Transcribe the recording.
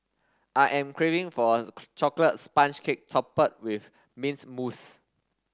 I am craving for a chocolate sponge cake with mint mousse